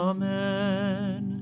Amen